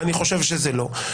אני חושב שזה לא נכון.